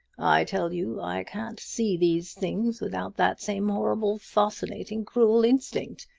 i tell you i can't see these things without that same horrible, fascinating, cruel instinct!